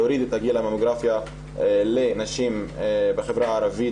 להוריד את הגיל הממוגרפיה לנשים בחברה הערבית,